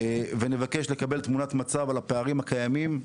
ונבקש לקבל תמונת מצב על הפערים הקיימים,